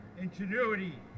ingenuity